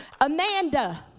Amanda